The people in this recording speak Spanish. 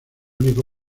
único